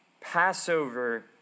Passover